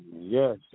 Yes